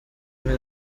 umwe